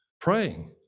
praying